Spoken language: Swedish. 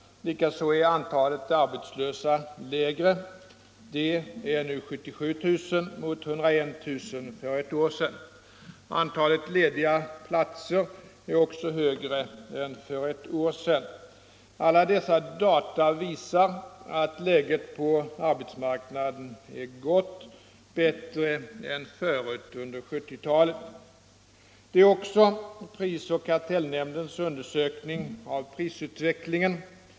Likaså är antalet arbetslösa lägre; det är nu 77 000 mot 101 000 139 för ett år sedan. Därtill är antalet lediga platser högre än för ett år sedan. Alla dessa data visar att läget på arbetsmarknaden är gott — bättre än förut under 1970-talet. Det är också prisoch kartellnämndens undersökning av prisutvecklingen.